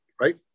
right